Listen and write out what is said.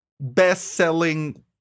best-selling